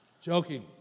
Joking